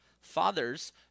Fathers